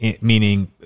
meaning